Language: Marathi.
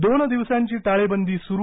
दोन दिवसांची टाळेबंदी सुरू